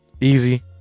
Easy